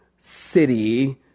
city